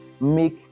make